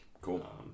Cool